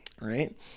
right